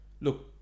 look